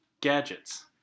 Gadgets